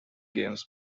games